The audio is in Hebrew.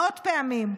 מאות פעמים,